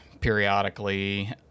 periodically